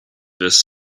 this